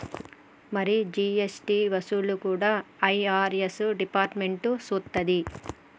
మరి జీ.ఎస్.టి వసూళ్లు కూడా ఐ.ఆర్.ఎస్ డిపార్ట్మెంట్ సూత్తది